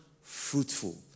fruitful